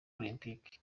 olempike